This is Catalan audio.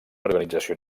organització